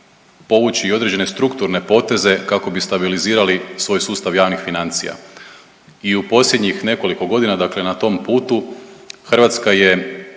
povući određene strukturne poteze kako bi stabilizirali svoj sustav javnih financija i u posljednjih nekoliko godina, dakle na tom putu Hrvatska je